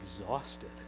exhausted